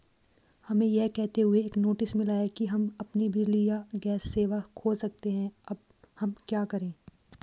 हमें यह कहते हुए एक नोटिस मिला कि हम अपनी बिजली या गैस सेवा खो सकते हैं अब हम क्या करें?